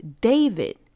David